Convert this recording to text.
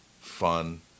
fun